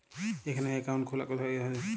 এখানে অ্যাকাউন্ট খোলা কোথায় হয়?